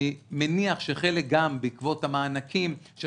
אני מניח שחלק גם בעקבות המענקים של